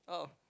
oh